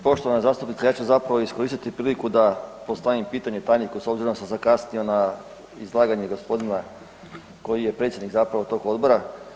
Poštovan zastupnice, ja ću zapravo iskoristiti priliku da postavim pitanje tajniku s obzirom da sam zakasnio na izlaganje gospodina koji je predsjednik zapravo tog odbora.